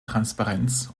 transparenz